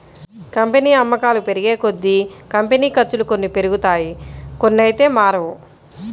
company అమ్మకాలు పెరిగేకొద్దీ, company ఖర్చులు కొన్ని పెరుగుతాయి కొన్నైతే మారవు